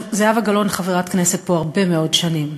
זהבה גלאון היא חברת כנסת פה הרבה מאוד שנים,